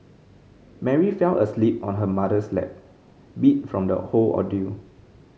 Mary fell asleep on her mother's lap beat from the whole ordeal